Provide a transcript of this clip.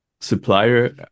supplier